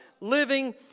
living